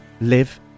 live